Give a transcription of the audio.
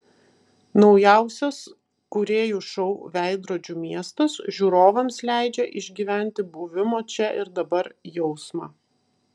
naujausias kūrėjų šou veidrodžių miestas žiūrovams leidžia išgyventi buvimo čia ir dabar jausmą